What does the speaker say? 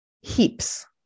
heaps